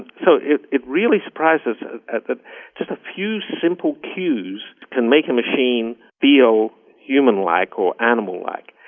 so it it really surprised us that just a few simple cues can make a machine feel human-like or animal-like.